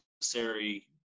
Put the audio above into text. necessary